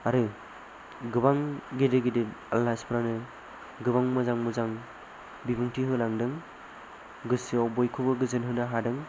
आरो गोबां गिदिर गिदिर आलासिफोरानो गोबां मोजां मोजां बिबुंथि होलांदों गोसोआव बयखौबो गोजोन होनो हादों